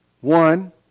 one